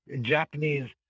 Japanese